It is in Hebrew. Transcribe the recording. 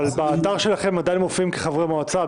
אבל באתר שלכם הם עדיין מופיעים כחברי מועצה,